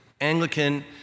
Anglican